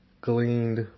gleaned